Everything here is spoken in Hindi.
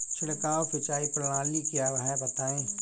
छिड़काव सिंचाई प्रणाली क्या है बताएँ?